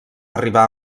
arribar